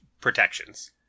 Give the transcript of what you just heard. protections